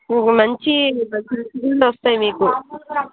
మీకు మంచి వస్తాయి మీకు